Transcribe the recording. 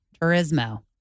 Turismo